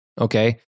Okay